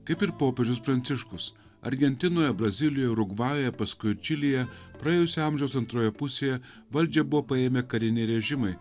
kaip ir popiežius pranciškus argentinoje brazilijoje urugvajuje paskui ir čilėje praėjusio amžiaus antroje pusėje valdžią buvo paėmę kariniai režimai